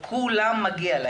לכולם מגיע,